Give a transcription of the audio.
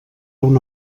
una